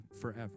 forever